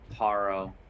Paro